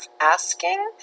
asking